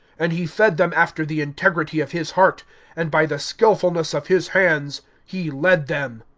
and he fed them after the integrity of his heart and by the skillfnlness of his hands he led them.